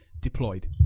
deployed